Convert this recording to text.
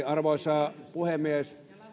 arvoisa puhemies